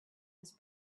his